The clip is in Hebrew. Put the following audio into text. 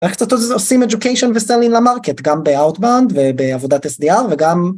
איך קצת עושים education וselling למרקט גם בoutbound ובעבודת sdr וגם